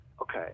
okay